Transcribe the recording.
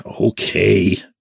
okay